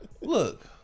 look